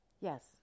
Yes